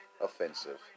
offensive